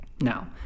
Now